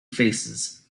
faces